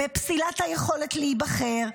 פסילת היכולת להיבחר.